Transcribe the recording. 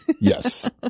Yes